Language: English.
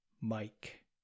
Mike